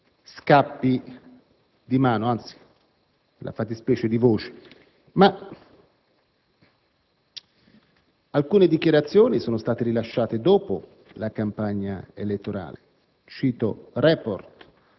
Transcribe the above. scappi di mano, anzi, nella fattispecie, di voce. Ma alcune dichiarazioni sono state rilasciate dopo la campagna elettorale. Cito «Report»: